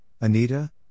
Anita